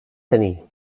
tenir